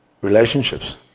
relationships